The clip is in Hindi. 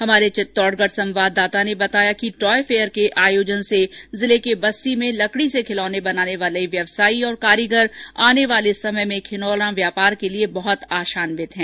हमारे चित्तौडगढ संवाददाता ने बताया कि टॉयफेयर के आयोजन से जिले के बस्सी में लकडी से खिलौने बनाने वाले व्यवसायी और कारीगर आने वाले समय में खिलौना व्यापार के लिए बहुत आशान्वित हैं